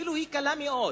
אפילו קלה מאוד,